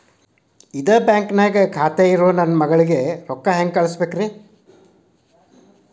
ಇದ ಬ್ಯಾಂಕ್ ನ್ಯಾಗ್ ಖಾತೆ ಇರೋ ನನ್ನ ಮಗಳಿಗೆ ರೊಕ್ಕ ಹೆಂಗ್ ಕಳಸಬೇಕ್ರಿ?